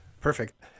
Perfect